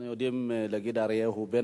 אנחנו יודעים שחבר הכנסת אלדד הוא בין